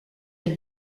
elle